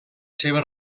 seva